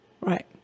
Right